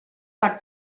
per